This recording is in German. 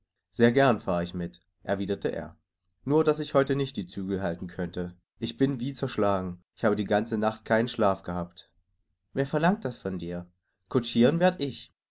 sehr gern fahr ich mit erwiderte er nur daß ich heute nicht die zügel halten könnte ich bin wie zerschlagen ich habe die ganze nacht keinen schlaf gehabt wer verlangt das von dir kutschiren werd ich